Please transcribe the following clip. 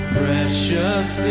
precious